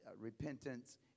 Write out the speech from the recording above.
repentance